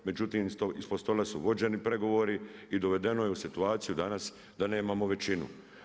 Međutim ispod stola su vođeni pregovori i dovedeno je u situaciju danas da nemamo većinu.